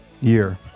year